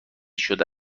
شده